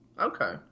Okay